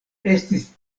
estis